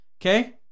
okay